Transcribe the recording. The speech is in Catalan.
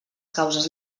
causes